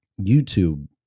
YouTube